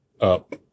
up